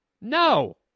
No